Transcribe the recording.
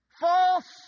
False